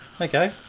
Okay